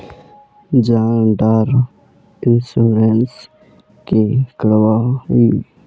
जान डार इंश्योरेंस की करवा ई?